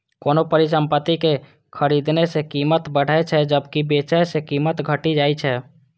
कोनो परिसंपत्ति कें खरीदने सं कीमत बढ़ै छै, जबकि बेचै सं कीमत घटि जाइ छै